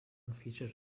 featured